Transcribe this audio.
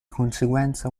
conseguenza